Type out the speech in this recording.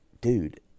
dude—